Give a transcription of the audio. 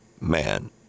man